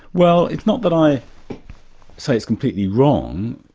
well it's not that i say it's completely wrong,